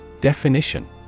Definition